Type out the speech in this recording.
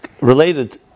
related